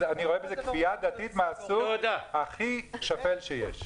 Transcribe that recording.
אני רואה בזה כפייה דתית מהסוג הכי שפל שיש.